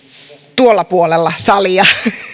tuolla puolella salia